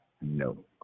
No